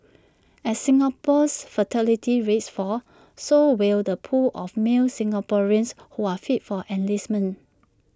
as Singapore's fertility rate falls so will the pool of male Singaporeans who are fit for enlistment